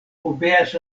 obeas